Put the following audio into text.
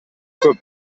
көп